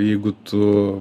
jeigu tu